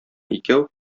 икәү